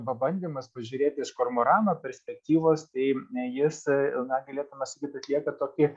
pabandymas pažiūrėti iš kormorano perspektyvos tai jis na galėtume sakyt atlieka tokį